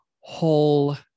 whole